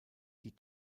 die